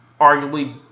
arguably